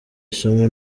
isomo